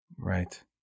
Right